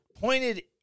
pointed